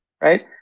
right